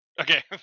okay